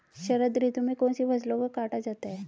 शरद ऋतु में कौन सी फसलों को काटा जाता है?